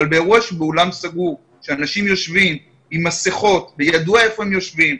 אבל באירוע באולם סגור שאנשים יושבים עם מסכות וידוע איפה הם יושבים,